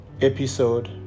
episode